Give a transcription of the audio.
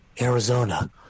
arizona